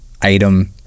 item